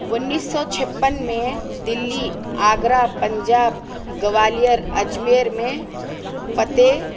انیس سو چھپن میں دلی آگرہ پنجاب گوالیر اجمیر میں فتح